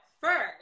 first